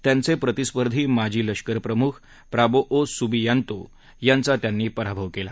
त्यांचे प्रतिस्पर्धी माजी लष्करप्रमुख प्रबोओ सुबीयांतो यांचा त्यांनी पराभव केला